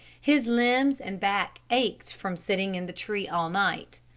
his limbs and back ached from sitting in the tree all night.